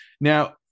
now